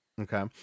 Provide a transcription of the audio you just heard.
okay